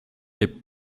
les